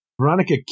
Veronica